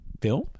film